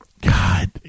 God